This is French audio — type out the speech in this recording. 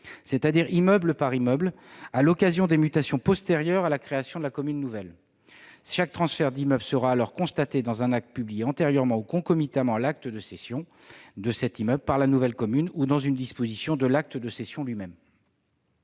c'est-à-dire immeuble par immeuble, à l'occasion des mutations postérieures à la création de la commune nouvelle. Chaque transfert d'immeuble sera alors constaté dans un acte publié antérieurement ou concomitamment à l'acte de cession de cet immeuble par la nouvelle commune, ou dans une disposition de l'acte de cession lui-même.